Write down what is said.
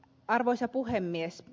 arvoisa puhemies